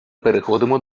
переходимо